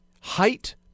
Height